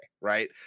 right